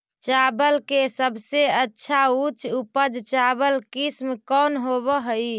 चावल के सबसे अच्छा उच्च उपज चावल किस्म कौन होव हई?